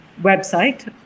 website